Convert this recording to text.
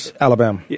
Alabama